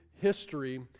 history